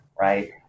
right